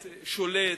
באמת שולט,